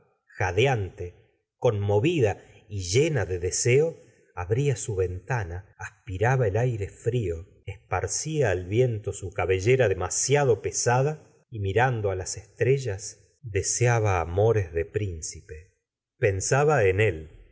jadeante conmovida y llena de deseo abría su ventana aspiraba el aire frío esparcía al viento su cabellera demasiado pesada y mirando á las estrellas deseaba gustavo flaubert amores de príncipe pensaba en él